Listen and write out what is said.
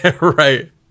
Right